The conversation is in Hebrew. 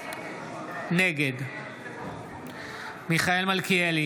נגד מיכאל מלכיאלי,